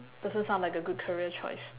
doesn't sound like a good career choice